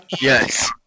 Yes